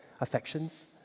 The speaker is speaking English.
affections